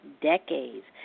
decades